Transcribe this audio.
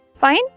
Fine